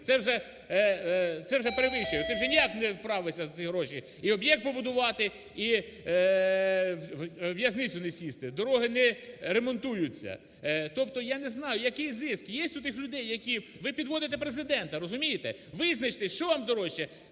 це вже перевищує. Ти вже ніяк не вправишся за ці гроші і об'єкт побудувати, і у в'язницю не сісти. Дороги не ремонтуються. Тобто я не знаю, який зиск? Є у тих людей, які… Ви підводите Президента, розумієте? Визначтесь, що вам дорожче,